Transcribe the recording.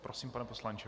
Prosím, pane poslanče.